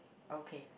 okay